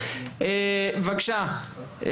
בבקשה,